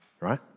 right